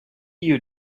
you